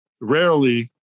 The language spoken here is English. rarely